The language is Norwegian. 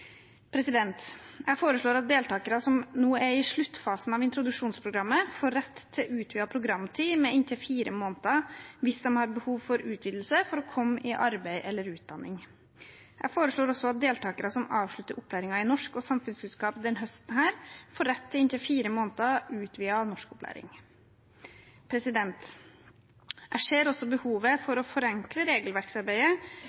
Jeg foreslår at deltakere som nå er i sluttfasen av introduksjonsprogrammet, får rett til utvidet programtid med inntil fire måneder hvis de har behov for utvidelse for å komme i arbeid eller utdanning. Jeg foreslår også at deltakere som avslutter opplæringen i norsk og samfunnskunnskap denne høsten, får rett til inntil fire måneders utvidet norskopplæring. Jeg ser også